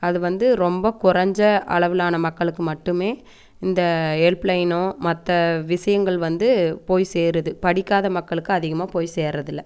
அது வந்து ரொம்ப கொறைஞ்ச அளவிலான மக்களுக்கு மட்டுமே இந்த ஹெல்ப்லைனோ மற்ற விஷயங்கள் வந்து போய் சேருது படிக்காத மக்களுக்கு அதிகமாக போய் சேருறது இல்லை